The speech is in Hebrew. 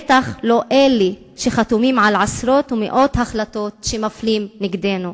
בטח לא אלה שחתומים על עשרות ומאות החלטות שבהן מפלים נגדנו.